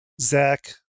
Zach